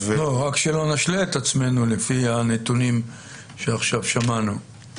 רק שלא נשלה את עצמנו לפי הנתונים שעכשיו שמענו.